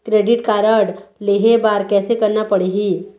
Credit card लेहे बर कैसे करना पड़ही?